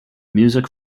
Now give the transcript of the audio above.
music